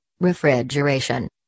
refrigeration